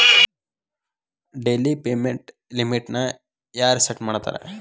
daily payment ಲಿಮಿಟ್ನ ಯಾರ್ set ಮಾಡ್ತಾರಾ